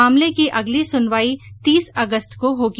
मामले की अगली सुनवाई तीस अगस्त को होगी